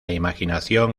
imaginación